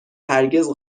هرگز